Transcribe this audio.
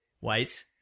wait